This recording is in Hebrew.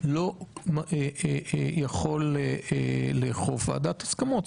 לא יכול לאכוף ועדת הסכמות.